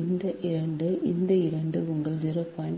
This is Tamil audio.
இந்த 2 இந்த 2 உங்கள் 0